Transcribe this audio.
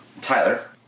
Tyler